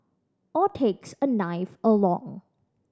or takes a knife along